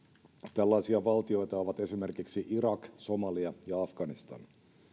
tällaisia valtioita ovat esimerkiksi irak somalia ja afganistan